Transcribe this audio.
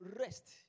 rest